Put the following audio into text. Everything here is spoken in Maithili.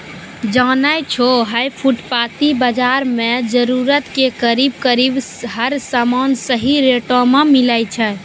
जानै छौ है फुटपाती बाजार मॅ जरूरत के करीब करीब हर सामान सही रेटो मॅ मिलै छै